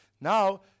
Now